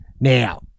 Now